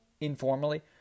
informally